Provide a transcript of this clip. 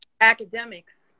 academics